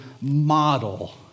model